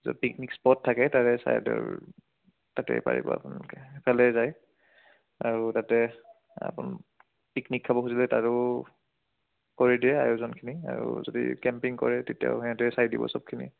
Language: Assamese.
য'ত পিকনিক স্পট থাকে তাৰে ছাইদৰ তাতে পাৰিব আপোনালোকে সেইফালে যায় আৰু তাতে আপুনি পিকনিক খাব খুজিলে তাৰো কৰি দিয়ে আয়োজনখিনি আৰু যদি কেম্পিং কৰে তেতিয়াও সিহঁতেে চাই দিব চবখিনি